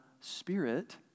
Spirit